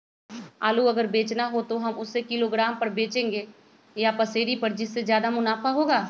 आलू अगर बेचना हो तो हम उससे किलोग्राम पर बचेंगे या पसेरी पर जिससे ज्यादा मुनाफा होगा?